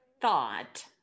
thought